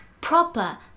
proper